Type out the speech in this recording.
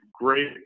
great